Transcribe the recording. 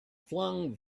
flung